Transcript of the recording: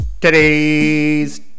Today's